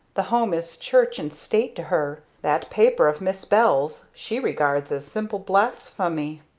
the home is church and state to her that paper of miss bell's she regards as simple blasphemy.